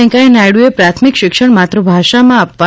વેંકૈયા નાયડુએ પ્રાથમિક શિક્ષણ માતૃભાષામાં આપવા